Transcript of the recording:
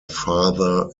father